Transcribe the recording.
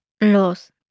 los